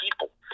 people